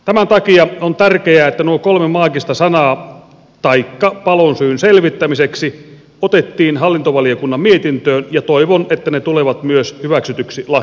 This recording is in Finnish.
tämän takia on tärkeää että nuo kolme maagista sanaa taikka palonsyyn selvittämiseksi otettiin hallintovaliokunnan mietintöön ja toivon että ne tulevat myös hyväksytyksi lakiin